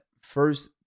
First